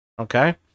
Okay